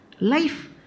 life